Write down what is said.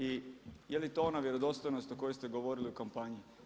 I je li to ona vjerodostojnost o kojoj ste govorili u kampanji?